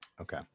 Okay